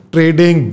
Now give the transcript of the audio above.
Trading